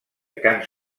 cants